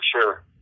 sure